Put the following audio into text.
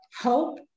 hope